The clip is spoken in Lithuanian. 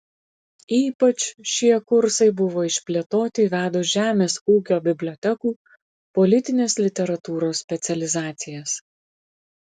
ypač šie kursai buvo išplėtoti įvedus žemės ūkio bibliotekų politinės literatūros specializacijas